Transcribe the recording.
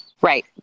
Right